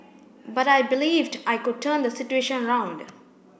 but I believed I could turn the situation around